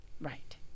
Right